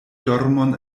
dormon